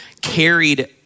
carried